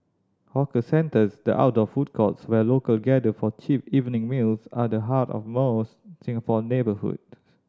hawker centres the outdoor food courts where local gather for cheap evening meals are the heart of most Singapore neighbourhood